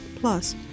plus